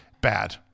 bad